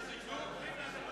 הוא הקריא את השם שלי,